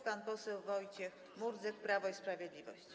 Pan poseł Wojciech Murdzek, Prawo i Sprawiedliwość.